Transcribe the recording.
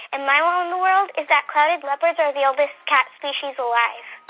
and my wow in the world is that clouded leopards are the oldest cat species alive